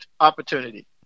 Opportunity